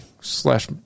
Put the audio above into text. slash